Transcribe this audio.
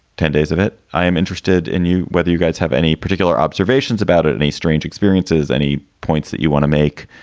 ten days of it, i am interested in you. whether you guys have any particular observations about it. any strange experiences, any points that you want to make?